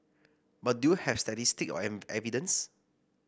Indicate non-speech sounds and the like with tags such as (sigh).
but do you have statistic or (unintelligible) evidence